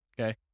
okay